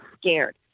scared